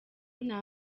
nta